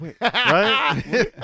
Right